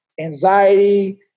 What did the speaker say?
anxiety